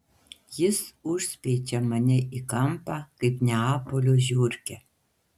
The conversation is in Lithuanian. jis užspeičia mane į kampą kaip neapolio žiurkę